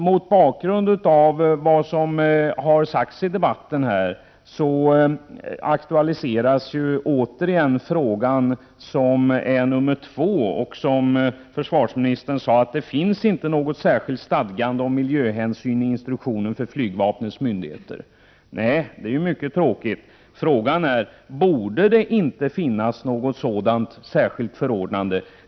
Mot bakgrund av vad som har sagts i debatten, aktualiseras återigen fråga nr 2 som försvarsministern har försvarat med att det inte finns något särskilt stadgande om miljöhänsyn i instruktionen för flygvapnets myndigheter. Det är mycket tråkigt. Frågan är: Borde det inte finnas något sådant särskilt förordnande?